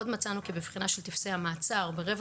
עוד מצאנו שבבחינה של טופסי המעצר ברבע